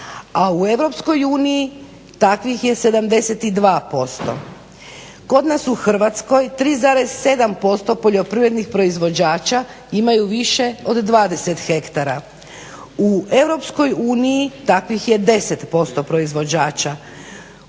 a u EU takvih je 72%. Kod nas u Hrvatskoj 3,7% poljoprivrednih proizvođača imaju više od 20 hektara. U EU takvih je 10% proizvođača.